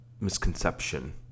misconception